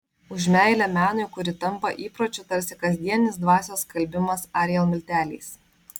už meilę menui kuri tampa įpročiu tarsi kasdienis dvasios skalbimas ariel milteliais